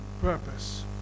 purpose